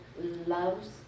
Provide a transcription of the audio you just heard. loves